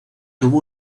tuvo